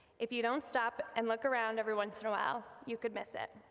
if you don't stop and look around every once in a while you could miss it.